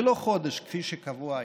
ולא חודש כפי שקבוע היום.